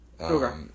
Okay